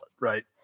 right